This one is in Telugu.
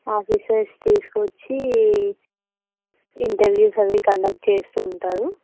ఆఫీసర్స్ తీసుకొచ్చి ఇంటర్వ్యూస్ అవి కండక్ట్ చేస్తు ఉంటారు